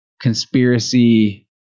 conspiracy